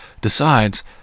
decides